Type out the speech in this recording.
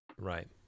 Right